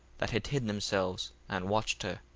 that had hid themselves, and watched her.